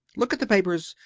look at the papers!